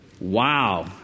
Wow